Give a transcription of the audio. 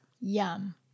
Yum